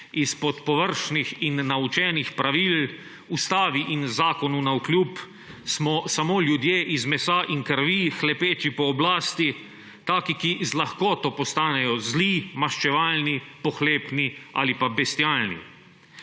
Izpod površnih in naučenih pravil, ustavi in zakonu navkljub, smo samo ljudje iz mesa in krvi, hlepeči po oblasti, taki, ki z lahkoto postanejo zli, maščevalni, pohlepni ali pa bestialni.